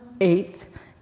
eighth